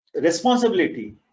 responsibility